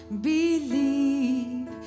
believe